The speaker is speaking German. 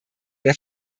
der